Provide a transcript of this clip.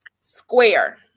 Square